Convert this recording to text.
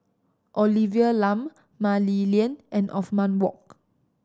Olivia Lum Mah Li Lian and Othman Wok